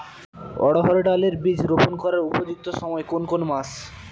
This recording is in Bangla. অড়হড় ডাল এর বীজ রোপন করার উপযুক্ত সময় কোন কোন মাস?